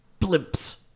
blimps